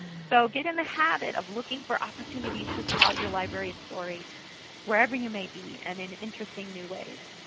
so get in the habit of looking for opportunities to tell your library's story wherever you may be, and in interesting new ways.